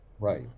right